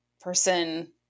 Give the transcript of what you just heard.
person